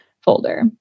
folder